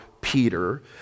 Peter